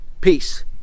Peace